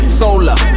solar